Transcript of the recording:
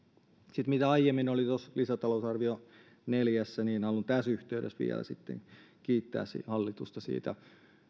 sitten mitä aiemmin oli tuossa lisätalousarvio neljässä niin haluan tässä yhteydessä vielä kiittää hallitusta siitä